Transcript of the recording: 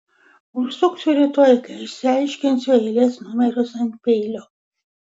užsuksiu rytoj kai išsiaiškinsiu eilės numerius ant peilio